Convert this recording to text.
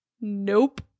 nope